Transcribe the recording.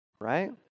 right